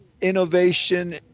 innovation